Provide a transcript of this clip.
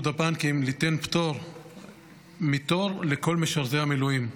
הבנקים ליתן פטור מתור לכל משרתי המילואים.